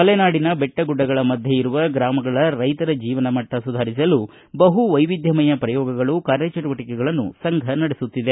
ಮಲೆನಾಡಿನ ಬೆಟ್ಟ ಗುಡ್ಡಗಳ ಮಧ್ಯೆ ಇರುವ ಗ್ರಾಮಗಳ ರೈತರ ಜೀವನ ಮಟ್ಟ ಸುಧಾರಿಸಲು ಬಹು ವೈವಿಧ್ಯಮಯ ಪ್ರಯೋಗಗಳು ಕಾರ್ಯಚಟುವಟಿಕೆಗಳನ್ನು ಸಂಘ ನಡೆಸುತ್ತಿದೆ